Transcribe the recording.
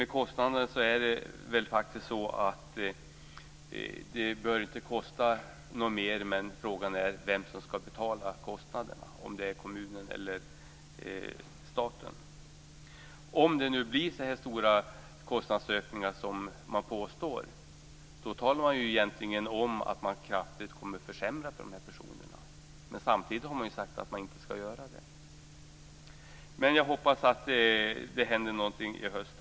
Det bör inte kosta något mer. Men frågan är vem som skall betala kostnaderna, kommunen eller staten. Om det blir så stora kostnadsökningar som man påstår talar man egentligen om att man kraftigt kommer att försämra för dessa personer. Samtidigt har man sagt att man inte skall göra det. Jag hoppas att det händer någonting i höst.